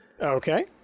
Okay